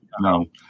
No